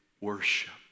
worship